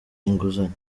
inguzanyo